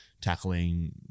tackling